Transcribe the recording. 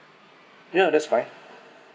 um that's fine